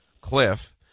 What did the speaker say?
cliff